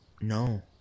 No